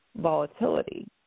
volatility